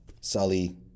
Sully